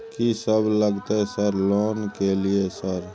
कि सब लगतै सर लोन ले के लिए सर?